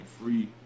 free